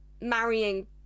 marrying